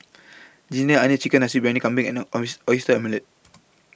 Ginger Onions Chicken Nasi Briyani Kambing and Oyster Omelette